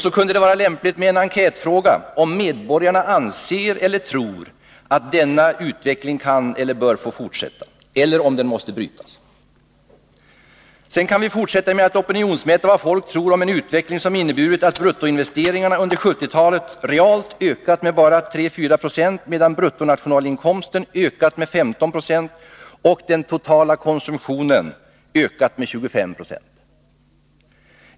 Vidare kunde det vara lämpligt med en enkätfråga, om medborgarna anser att denna utveckling kan eller bör fortsätta eller om den måste brytas. Sedan kan vi fortsätta att opinionsmäta vad folk tror om en utveckling som inneburit att bruttoinvesteringarna under 1970-talet realt ökat med bara 3-4 20, medan bruttonationalinkomsten ökat med 15 26 och den totala konsumtionen med 25 90.